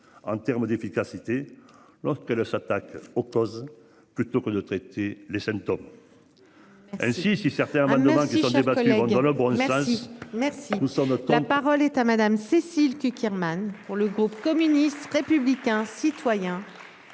en termes d'efficacité lorsqu'elle s'attaque aux causes plutôt que de traiter les symptômes. Si, si certains amendements qui sortent du bâtiment dans le bon sens. Merci. Nous sommes la